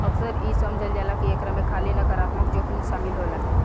अक्सर इ समझल जाला की एकरा में खाली नकारात्मक जोखिम शामिल होला